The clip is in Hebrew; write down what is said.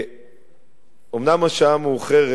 אומנם השעה מאוחרת,